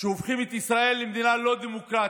שהופכים את מדינת ישראל למדינה לא דמוקרטית.